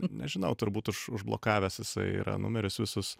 nežinau turbūt už užblokavęs jisai yra numerius visus